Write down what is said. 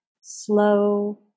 slow